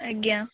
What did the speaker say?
ଆଜ୍ଞା